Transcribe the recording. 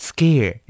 Scare